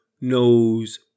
knows